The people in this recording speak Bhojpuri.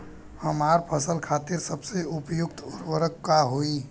हमार फसल खातिर सबसे उपयुक्त उर्वरक का होई?